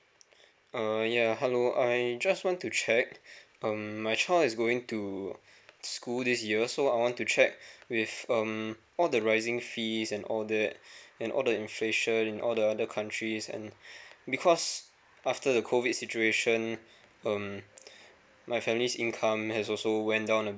hello yeah hello I just want to check um my child is going to school this year so I want to check with um all the rising fees and all that and all the inflation in all the other countries and because after the COVID situation um my family's income has also went down a